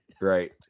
Right